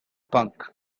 punk